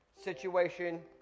situation